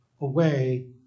away